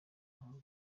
impamvu